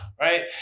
right